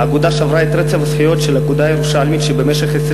האגודה שברה את רצף הזכיות של אגודה ירושלמית שבמשך 20